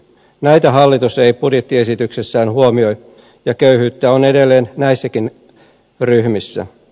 näitä hallitus ei budjettiesityksessään huomioi ja köyhyyttä on edelleen näissäkin ryhmissä